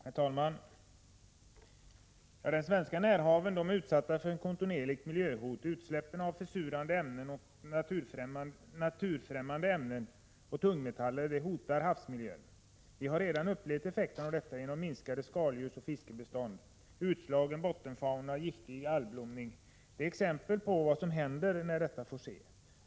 Herr talman! De svenska närhaven är utsatta för ett kontinuerligt miljöhot. Utsläppen av försurande ämnen och naturfrämmande ämnen samt tungmetaller hotar havsmiljön. Vi har redan upplevt effekter av detta genom minskade skaldjursoch fiskebestånd, utslagen bottenfauna och giftig algblomning. Det är exempel på vad som händer när detta får ske.